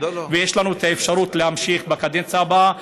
ויש לנו את האפשרות להמשיך בקדנציה הבאה,